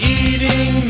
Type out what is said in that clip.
eating